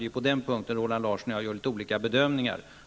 Det är på den punkten som Roland Larsson och jag har litet olika bedömningar.